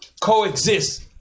coexist